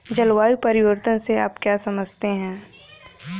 जलवायु परिवर्तन से आप क्या समझते हैं?